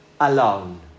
alone